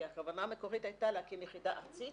כי הכוונה המקורית הייתה להקים יחידה ארצית